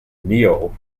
neo